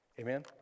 Amen